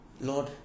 Lord